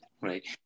Right